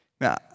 Now